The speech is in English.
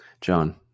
John